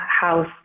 House